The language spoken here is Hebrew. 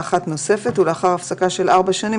כהונה אחת נוספת ולאחר הפסקה של ארבע שנים,